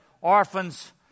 orphans